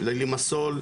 ללימסול,